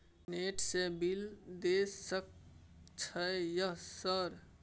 Net से bill देश सक छै यह सर?